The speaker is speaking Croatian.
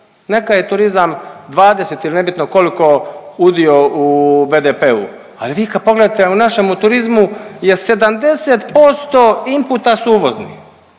Neka je turizam 20 ili nebitno koliko udio u BDP-u. Ali vi kad pogledate u našemu turizmu je 70% inputa su uvozni.